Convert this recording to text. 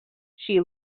she